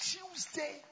Tuesday